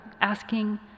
asking